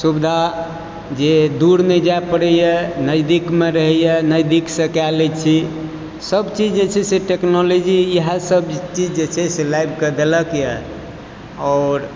सुविधा जे दूर नहि जाय पड़ैया नजदीक मे रहैया नजदीक सऽ कय लै छी सबचीज जे छै से टेक्नोलॉजी यऽ सब चीज जे छै से लाइब के देलक यऽ आओर